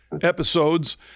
episodes